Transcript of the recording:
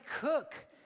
cook